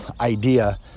idea